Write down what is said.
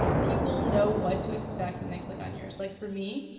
people know what to expect when they click on yours. like for me,